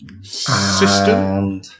System